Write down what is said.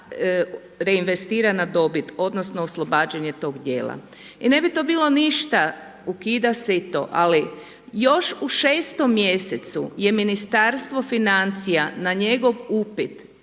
reinvestirana dobit odnosno oslobađanje tog dijela. I ne bi to bilo ništa, ukida se i to, ali još u 6. mjesecu je Ministarstvo financija na njegov upit